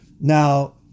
Now